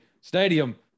Stadium